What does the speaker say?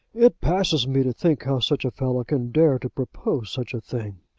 it passes me to think how such a fellow can dare to propose such a thing.